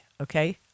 Okay